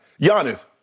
Giannis